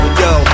yo